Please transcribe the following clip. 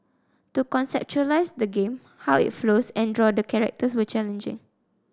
to conceptualise the game how it flows and draw the characters were challenging